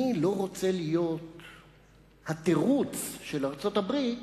אני לא רוצה להיות התירוץ של ארצות-הברית